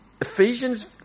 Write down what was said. Ephesians